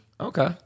Okay